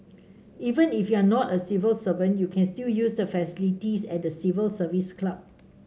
even if you are not a civil servant you can still use the facilities at the Civil Service Club